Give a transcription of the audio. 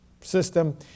system